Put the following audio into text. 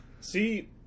see